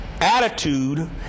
attitude